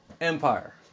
Empire